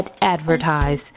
advertise